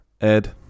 Ed